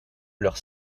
leurs